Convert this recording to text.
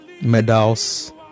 Medals